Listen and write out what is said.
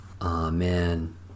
Amen